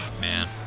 man